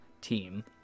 team